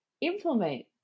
implement